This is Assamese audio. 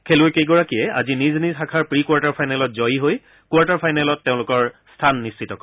খেলুৱৈকেইগৰাকীয়ে আজি নিজ নিজ শাখাৰ প্ৰি কোৱাৰ্টাৰ ফাইনেলত জয়ী হৈ কোৱাৰ্টাৰ ফাইনেলত স্থান নিশ্চিত কৰে